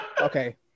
Okay